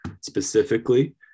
specifically